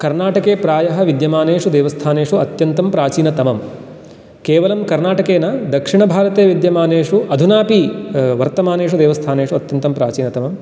कर्णाटके प्रायः विद्यमानेषु देवस्थानेषु अत्यन्तं प्राचीनतमं केवलं कर्णाटके न दक्षिणभारते विद्यमानेषु अधुना अपि वर्तमानेषु देवस्थानेषु अत्यन्तं प्राचीनतमं